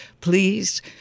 Please